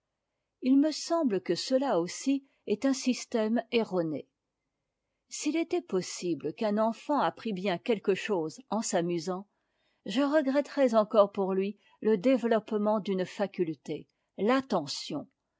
ji me semble que cela aussi est un système erroné s'il était possible qu'un enfant apprît bien quelque chose en s'amusant je regretterais encore pour lui le développement d'une faculté